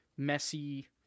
messy